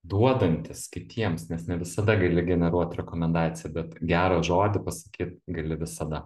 duodantis kitiems nes ne visada gali generuot rekomendaciją bet gerą žodį pasakyt gali visada